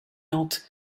out